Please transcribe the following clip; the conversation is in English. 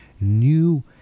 new